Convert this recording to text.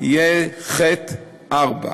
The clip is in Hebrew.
יהיה (ח4).